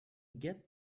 get